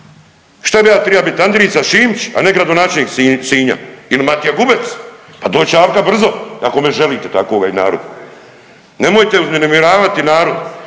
Šta bi ja treba bit Andrijica Šimić, a ne gradonačelnik Sinja ili Matija Gubec? Pa dođe Alka brzo ako me želite takvoga i narod. Nemojte uznemiravati narod,